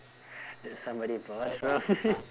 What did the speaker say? that somebody bought from me